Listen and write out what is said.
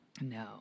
No